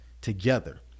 together